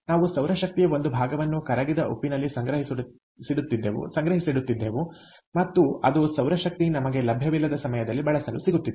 ನಾವು ಸೌರ ಶಕ್ತಿಯ ಒಂದು ಭಾಗವನ್ನು ಕರಗಿದ ಉಪ್ಪಿನಲ್ಲಿ ಸಂಗ್ರಹಿಸಿಡುತ್ತಿದ್ದೆವು ಮತ್ತು ಅದು ಸೌರಶಕ್ತಿ ನಮಗೆ ಲಭ್ಯವಿಲ್ಲದ ಸಮಯದಲ್ಲಿ ಬಳಸಲು ಸಿಗುತ್ತಿತ್ತು